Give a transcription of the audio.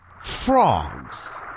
frogs